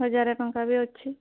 ହଜାରେ ଟଙ୍କା ବି ଅଛି